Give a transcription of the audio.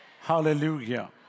Hallelujah